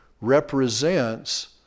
represents